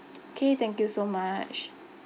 K thank you so much